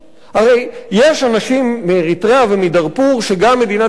הרי יש אנשים מאריתריאה ומדארפור שמדינת ישראל,